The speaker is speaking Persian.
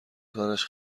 کارش